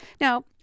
Now